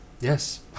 Yes